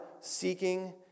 seeking